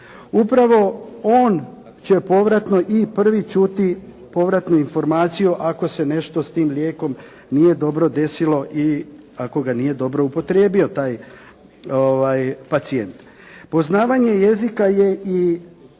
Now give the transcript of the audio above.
Upravo on će povratno i prvi čuti povratnu informaciju ako se nešto s tim lijekom nije dobro desilo i ako ga nije dobro upotrijebio taj pacijent. Poznavanje jezika je i